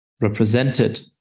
represented